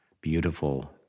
beautiful